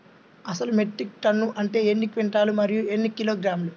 అసలు metric ton అంటే ఎన్ని క్వింటాలు మరియు ఎన్ని కిలోగ్రాములు?